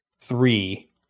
three